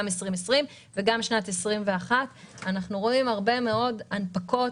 גם בשנת 2020 וגם בשנת 2021 אנחנו רואים הרבה מאוד הנפקות,